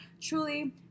truly